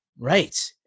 Right